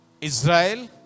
Israel